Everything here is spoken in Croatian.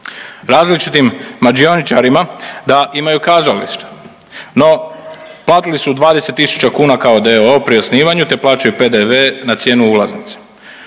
različitim mađioničarima da imaju kazalište. No, platili su 20 tisuća kuna kao d.o.o. pri osnivanju te plaćaju PDV na cijenu ulaznice.